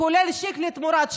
כולל שיקלי תמורת שלום,